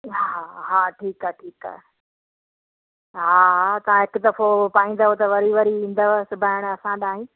हा हा ठीकु आहे ठीकु आहे हा हा तव्हां हिकु दफ़ो पाईंदव त वरी वरी ईंदव सिबाइणु असां तव्हां ई